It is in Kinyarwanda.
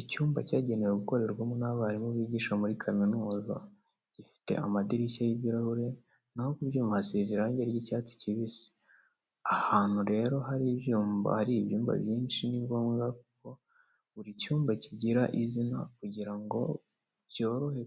Icyumba cyagenewe gukorerwamo n'abarimu bigisha muri kaminuza, gifite amadirishya y'ibirahure na ho ku byuma hasize irangi ry'icyatsi kibisi. Ahantu rero hari ibyumba byinshi ni ngombwa ko buri cyumba kigira izina kugira ngo byorohe